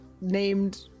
named